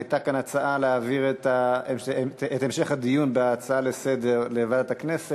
הייתה כאן הצעה להעביר את המשך הדיון לוועדת הכנסת.